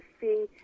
see